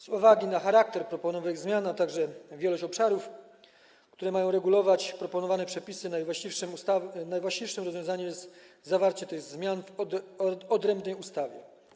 Z uwagi na charakter proponowanych zmian, a także wielość obszarów, które mają regulować proponowane przepisy, najwłaściwszym rozwiązaniem jest zawarcie tych zmian w odrębnej ustawie.